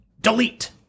delete